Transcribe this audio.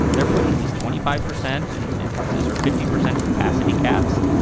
they're putting these twenty five percent in in texas or fifty percent capacity caps.